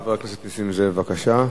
חבר הכנסת נסים זאב, בבקשה.